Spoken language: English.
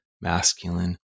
masculine